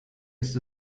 ist